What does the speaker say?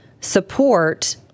support